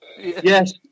Yes